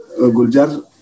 Guljar